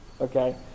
Okay